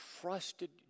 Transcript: trusted